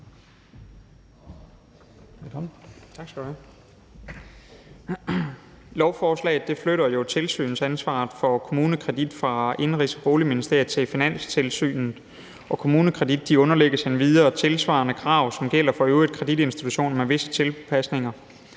Lovforslaget flytter jo tilsynsansvaret for KommuneKredit fra Indenrigs- og Boligministeriet til Finanstilsynet. KommuneKredit underlægges endvidere tilsvarende krav, som gælder for øvrige kreditinstitutioner med visse tilpasninger.